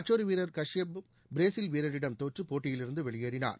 மற்றொரு வீரர் கஷ்பப் ம் பிரேசில் வீரரிடம் தோற்று போட்டியிலிருந்து வெளியேறினார்